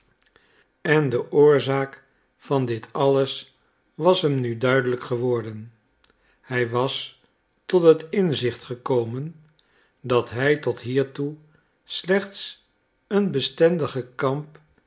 en de oorzaak van dit alles was hem nu duidelijk geworden hij was tot het inzicht gekomen dat hij tot hiertoe slechts een bestendigen kamp